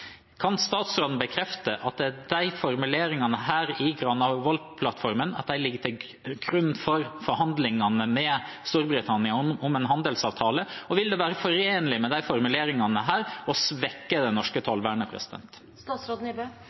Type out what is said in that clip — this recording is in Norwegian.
Kan statsråden bekrefte at disse formuleringene i Granavolden-plattformen ligger til grunn for forhandlingene med Storbritannia om en handelsavtale, og vil det være forenlig med disse formuleringene å svekke det norske tollvernet?